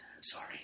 Sorry